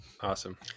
Awesome